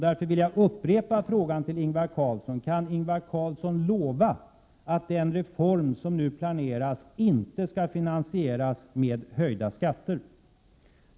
Därför vill jag upprepa frågan till Ingvar Carlsson: Kan Ingvar Carlsson lova att den reform som nu planeras inte skall finansieras med höjda skatter?